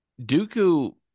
Dooku